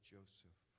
Joseph